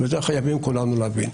את זה חייבים כולנו להבין.